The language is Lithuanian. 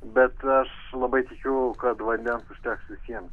bet aš labai tikiuosi kad vandens užteks visiem